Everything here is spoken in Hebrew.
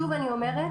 שוב אני אומרת,